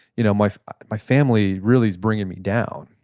you know my my family really is bringing me down.